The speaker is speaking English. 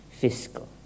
fiscal